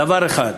דבר אחד,